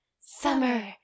summer